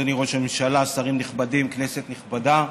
אדוני ראש הממשלה, שרים נכבדים, כנסת נכבדה,